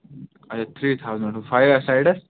اچھا three thousand five ایٚسایڈَس